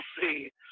see